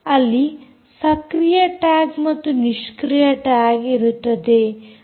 ಅಲ್ಲಿ ಸಕ್ರಿಯ ಟ್ಯಾಗ್ ಮತ್ತು ನಿಷ್ಕ್ರಿಯ ಟ್ಯಾಗ್ ಇರುತ್ತದೆ